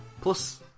Plus